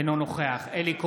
אינו נוכח אלי כהן,